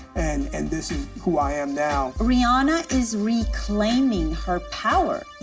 and and this is who i am now. rihanna is reclaiming her power.